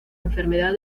enfermedad